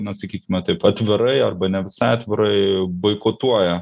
na sakykime taip atvirai arba ne visai atvirai boikotuoja